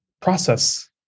process